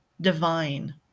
divine